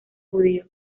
judío